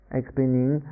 explaining